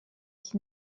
ich